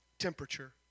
temperature